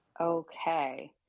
Okay